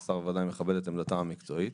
השר ודאי מכבד את עמדתם המקצועית.